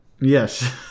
Yes